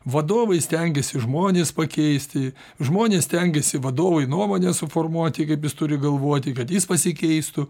vadovai stengiasi žmones pakeisti žmonės stengiasi vadovui nuomonę suformuoti kaip jis turi galvoti kad jis pasikeistų